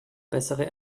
bessere